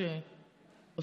היית פה, אל תתחיל את הזמן.